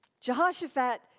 Jehoshaphat